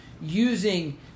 using